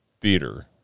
theater